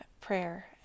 prayer